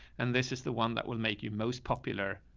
and this is the one that will make you most popular.